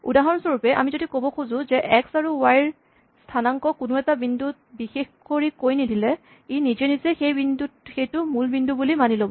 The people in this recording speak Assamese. উদাহৰণস্বৰূপে আমি যদি ক'ব খুজো এক্স আৰু ৱাই ৰ স্হানাংক কোনো এটা বিন্দুত বিশেষ কৰি কৈ নিদিলে ই নিজে নিজে সেইটো মূল বিন্দু বুলি মানি ল'ব